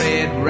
Red